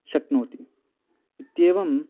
शक्नोति इत्येवम्